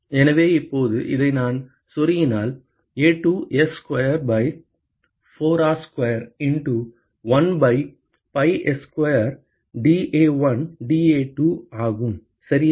எனவே இப்போது இதை நான் செருகினால் A2 S square by 4R square into 1 by pi S square dA1 dA2 ஆகும் சரியா